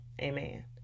Amen